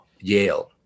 Yale